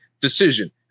decision